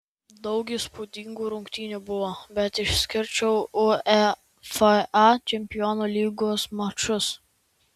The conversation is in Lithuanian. daug įspūdingų rungtynių buvo bet išskirčiau uefa čempionų lygos mačus